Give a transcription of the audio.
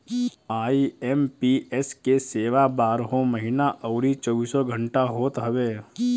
IMPS के सेवा बारहों महिना अउरी चौबीसों घंटा होत हवे